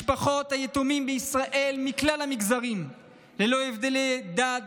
משפחות היתומים מישראל מכלל המגזרים ללא הבדלי דת,